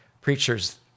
preachers